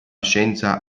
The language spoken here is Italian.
scienza